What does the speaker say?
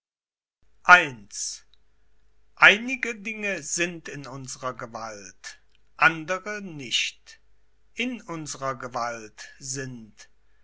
i einige dinge sind in unserer gewalt andere nicht in unserer gewalt sind